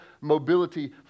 mobility